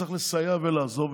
שצריך לסייע ולעזור,